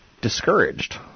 discouraged